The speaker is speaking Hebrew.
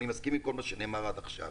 אני מסכים עם כל מה שנאמר עד עכשיו,